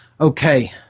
Okay